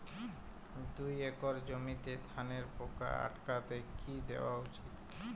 দুই একর জমিতে ধানের পোকা আটকাতে কি দেওয়া উচিৎ?